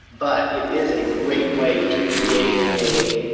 but it is a great way to create a.